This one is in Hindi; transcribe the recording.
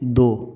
दो